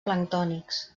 planctònics